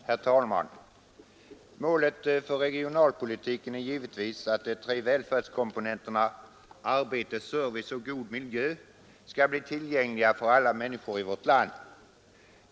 Herr talman! Målet för regionalpolitiken är givetvis att de tre välfärdskomponenterna arbete, service och god miljö skall bli tillgängliga för alla människor i vårt land.